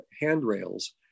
handrails